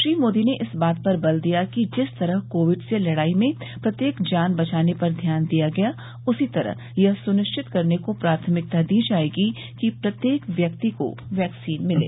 श्री मोदी ने इस बात पर बल दिया कि जिस तरह कोविड से लड़ाई में प्रत्येक जान बचाने पर ध्यान दिया गया उसी तरह यह सुनिश्चित करने को प्राथमिकता दी जाएगी कि प्रत्येक व्यक्ति को वैक्सीन मिले